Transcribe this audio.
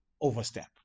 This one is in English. overstep